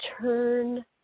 turn